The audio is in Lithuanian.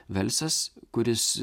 velsas kuris